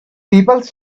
people